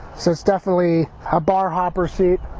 so it's definitely a bar hopper seat.